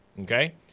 Okay